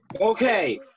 Okay